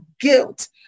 guilt